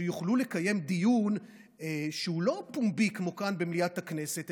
שיוכלו לקיים דיון שהוא לא פומבי כמו כאן במליאת הכנסת,